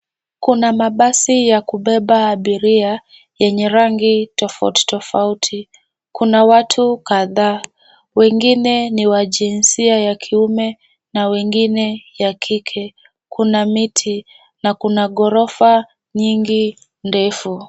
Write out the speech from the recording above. Kuna mabasi ya kubeba abiria yenye rangi tofauti tofauti. Kuna watu kadhaa, wengine ni wa jinsia ya kiume na wengine ya kike. Kuna miti na kuna gorofa nyingi ndefu.